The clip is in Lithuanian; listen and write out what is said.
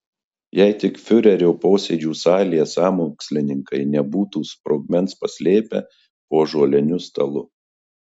jei tik fiurerio posėdžių salėje sąmokslininkai nebūtų sprogmens paslėpę po ąžuoliniu stalu